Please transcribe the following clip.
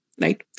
right